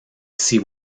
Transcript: see